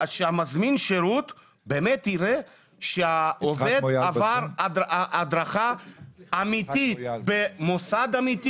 שמזמין השירות יראה שהעובד באמת עבר הדרכה אמיתית במוסד אמיתי,